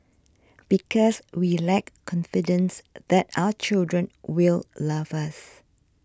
because we lack confidence that our children will love us